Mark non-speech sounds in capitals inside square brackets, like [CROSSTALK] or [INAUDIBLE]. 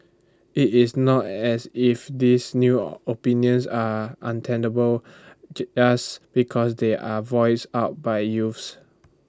IT is not as if these new [NOISE] opinions are untenable just because they are voiced out by youths